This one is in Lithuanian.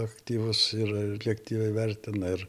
aktyvus ir objektyviai vertina ir